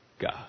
God